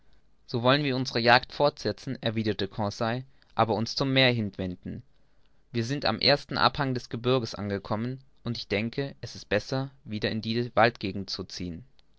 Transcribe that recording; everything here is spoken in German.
so wollen wir unsere jagd fortsetzen erwiderte conseil aber uns wieder zum meer hinwenden wir sind am ersten abhang des gebirgs angekommen und ich denke es ist besser wieder in die waldgegend uns zu ziehen